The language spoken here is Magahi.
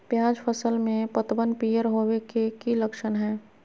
प्याज फसल में पतबन पियर होवे के की लक्षण हय?